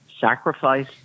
sacrifice